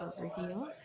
overview